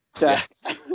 Yes